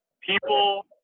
people